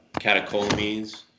catecholamines